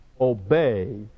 obey